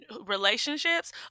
relationships